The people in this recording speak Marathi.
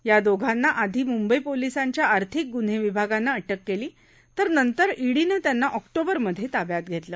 या दोघांना आधी मुंबई पोलिसांच्या आर्थिक गुन्हे विभागानं अटक केली तर इडीनं त्यांना ऑक्टोबरमधे ताब्यात घेतलं